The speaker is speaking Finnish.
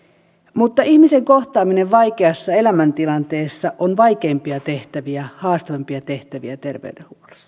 mutta ihmisen kohtaaminen vaikeassa elämäntilanteessa on vaikeimpia tehtäviä haastavimpia tehtäviä terveydenhuollossa